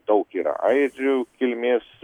daug yra airių kilmės